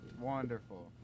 Wonderful